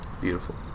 Beautiful